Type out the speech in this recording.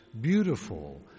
beautiful